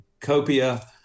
Copia